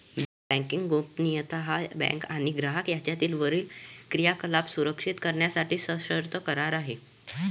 banking गोपनीयता हा bank आणि ग्राहक यांच्यातील वरील क्रियाकलाप सुरक्षित करण्यासाठी सशर्त करार आहे